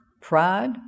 pride